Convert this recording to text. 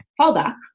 fallback